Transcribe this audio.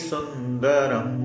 Sundaram